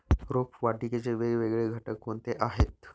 रोपवाटिकेचे वेगवेगळे घटक कोणते आहेत?